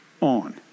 on